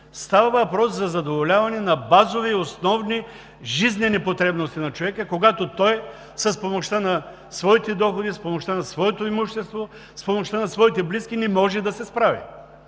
става въпрос за задоволяване на базови и основни, жизнени потребности на човека, когато той с помощта на своите доходи, на своето имущество, на своите близки не може да се справи